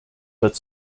but